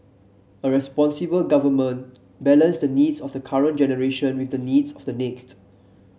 a responsible government balance the needs of the current generation with the needs of the next